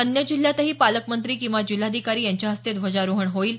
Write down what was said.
अन्य जिल्ह्यातही पालकमंत्री किंवा जिल्हाधिकारी यांच्या हस्ते ध्वजारोहण होईल